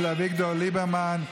של אביגדור ליברמן?